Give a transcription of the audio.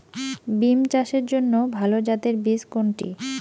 বিম চাষের জন্য ভালো জাতের বীজ কোনটি?